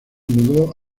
mudó